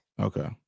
Okay